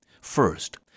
First